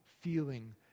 feeling